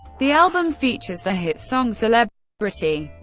the album features the hit song celebrity,